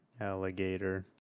alligator